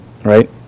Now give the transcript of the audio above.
right